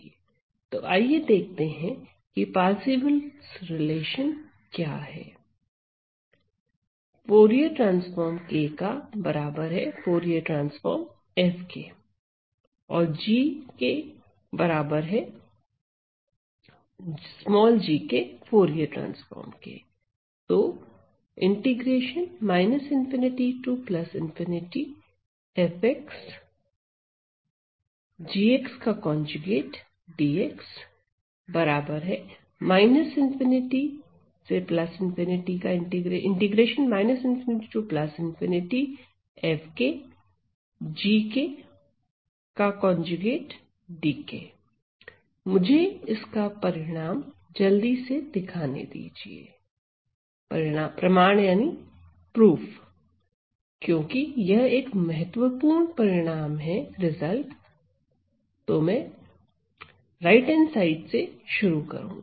तो आइए देखते हैं की पारसीवल रिलेशन Parseval's relation क्या है F FT G FT तो मुझे इसका प्रमाण जल्दी से दिखाने दीजिए क्योंकि यह एक महत्वपूर्ण परिणाम है तो मैं दाहिने हाथ की तरफ से शुरू करूंगा